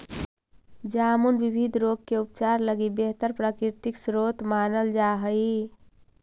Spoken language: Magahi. जामुन विविध रोग के उपचार लगी बेहतर प्राकृतिक स्रोत मानल जा हइ